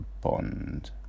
Bond